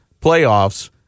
playoffs